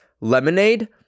lemonade